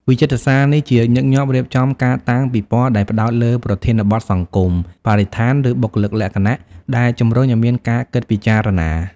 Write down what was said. វិចិត្រសាលនេះជាញឹកញាប់រៀបចំការតាំងពិពណ៌ដែលផ្តោតលើប្រធានបទសង្គម បរិស្ថាន ឬបុគ្គលិកលក្ខណៈ ដែលជំរុញឲ្យមានការគិតពិចារណា។